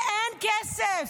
ואין כסף.